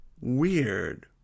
weird